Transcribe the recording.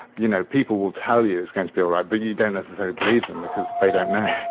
you know, people will tell you it's going to be all right, but you don't necessarily believe them, because they don't know.